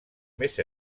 més